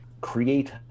Create